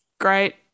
Great